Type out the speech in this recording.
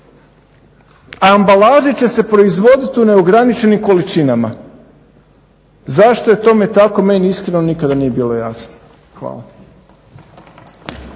a ambalaže će se proizvoditi u neograničenim količinama. Zašto je tome tako meni iskreno nikada nije bilo jasno. Hvala.